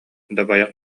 дабайах